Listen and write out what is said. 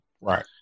Right